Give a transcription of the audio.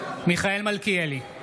מיכאל מלכיאלי,